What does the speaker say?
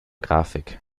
grafik